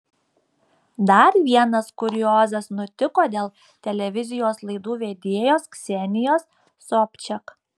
dar vienas kuriozas nutiko dėl televizijos laidų vedėjos ksenijos sobčiak